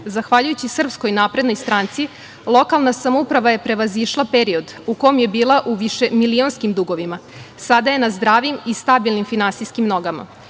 Zahvaljujući SNS lokalna samouprava je prevazišla period u kom je bila u višemilionskim dugovima. Sada je na zdravim i stabilnim finansijskim nogama. Na